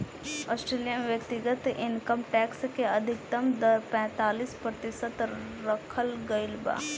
Australia में व्यक्तिगत income tax के अधिकतम दर पैतालीस प्रतिशत रखल गईल बा